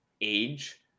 age